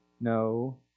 no